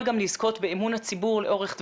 גם לזכות באמון הציבור לאורך טווח,